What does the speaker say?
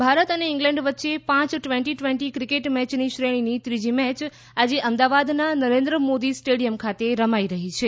કેકેટ ભારત અને ઇંગ્લેન્ડ વચ્ચે પાંચ ટ઼વેન્ટી ટ઼વેન્ટી ક્રિકેટ મેયની શ્રેણીની ત્રીજી મેય આજે અમદાવાદના નરેન્દ્ર મોદી સ્ટેડિયમ ખાતે રમાઇ રહી છે